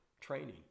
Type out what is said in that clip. training